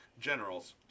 Generals